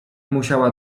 musiała